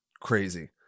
crazy